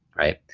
right?